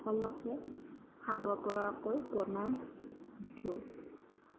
সকলোকে খাব পৰাকৈ বনাওঁ